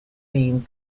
been